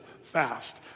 fast